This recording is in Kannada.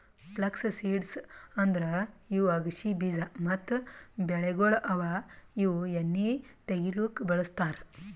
ಫ್ಲಕ್ಸ್ ಸೀಡ್ಸ್ ಅಂದುರ್ ಇವು ಅಗಸಿ ಬೀಜ ಮತ್ತ ಬೆಳೆಗೊಳ್ ಅವಾ ಇವು ಎಣ್ಣಿ ತೆಗಿಲುಕ್ ಬಳ್ಸತಾರ್